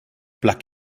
plug